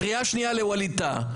קריאה שנייה לווליד טאהא.